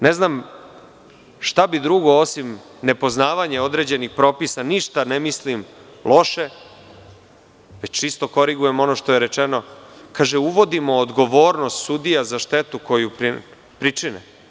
Ne znam šta bi drugo, osim nepoznavanje određenih propisa, ništa ne mislim loše, već čisto korigujem ono što je rečeno, kaže – uvodimo odgovornost sudija za štetu koju pričine.